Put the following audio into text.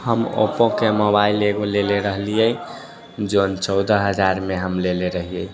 हम ओप्पोके मोबाइल एगो लेले रहलियै जौन चौदह हजारमे हम लेले रहियै